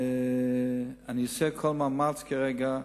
ואני עושה כל מאמץ כרגע.